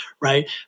right